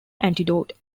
antidote